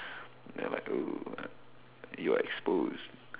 ya like !woo! you are exposed